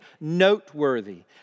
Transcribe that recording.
noteworthy